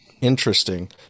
Interesting